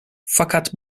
fakat